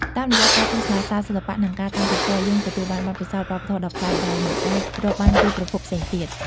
តាមរយៈការទស្សនាសាលសិល្បៈ និងការតាំងពិពណ៌ យើងទទួលបានបទពិសោធន៍វប្បធម៌ដ៏ប្លែក ដែលមិនអាចរកបានពីប្រភពផ្សេងទៀត។